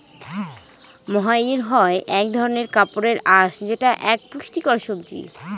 মহাইর হয় এক ধরনের কাপড়ের আঁশ যেটা এক পুষ্টিকর সবজি